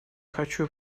хочу